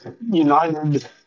United